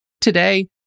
today